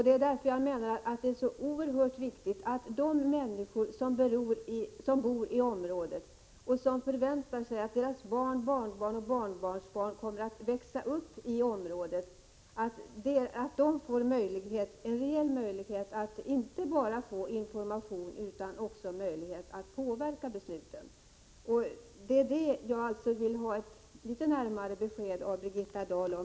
Det är därför också oerhört viktigt att de människor som bor i det aktuella området och som förväntar sig att deras barn, barnbarn och barnbarnsbarn skall växa upp där får en reell möjlighet att inte bara bli informerade utan också att påverka besluten. Det är på den punkten jag skulle vilja ha närmare besked av Birgitta Dahl.